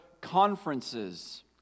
conferences